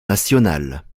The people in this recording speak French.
national